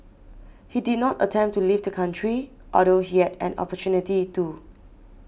he did not attempt to leave the country although he had an opportunity to